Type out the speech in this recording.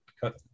cut